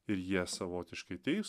ir jie savotiškai teis